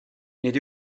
nid